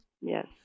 Yes